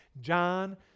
john